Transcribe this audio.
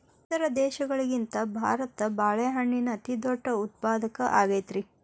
ಇತರ ದೇಶಗಳಿಗಿಂತ ಭಾರತ ಬಾಳೆಹಣ್ಣಿನ ಅತಿದೊಡ್ಡ ಉತ್ಪಾದಕ ಆಗೈತ್ರಿ